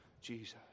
Jesus